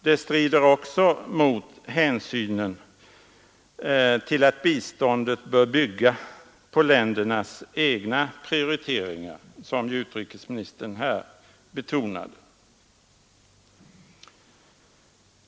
Det strider också mot hänsynen till att biståndet bör bygga på "ländernas egna prioriteringar, som utrikesministern här betonade.